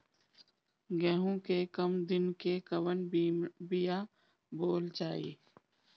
गेहूं के कम दिन के कवन बीआ बोअल जाई?